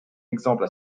exemple